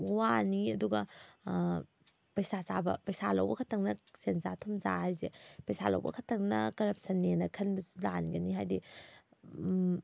ꯋꯥꯅꯤ ꯑꯗꯨꯒ ꯄꯩꯁꯥ ꯆꯥꯕ ꯄꯩꯁꯥ ꯂꯧꯕ ꯈꯛꯇꯪꯅ ꯁꯦꯟꯖꯥ ꯊꯨꯝꯖꯥ ꯍꯥꯏꯁꯦ ꯄꯩꯁꯥ ꯂꯧꯕ ꯈꯛꯇꯪꯅ ꯀꯔꯞꯁꯟꯅꯦꯅ ꯈꯟꯕꯁꯨ ꯂꯥꯟꯒꯅꯤ ꯍꯥꯏꯗꯤ